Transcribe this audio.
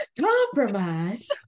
compromise